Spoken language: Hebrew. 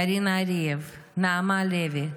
קרינה ארייב, נעמה לוי,